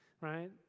right